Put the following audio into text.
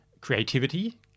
creativity